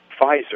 Pfizer